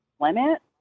limit